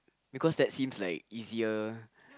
because that seems like easier